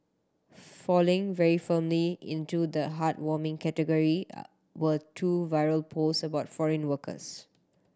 falling very firmly into the heartwarming category are were two viral post about foreign workers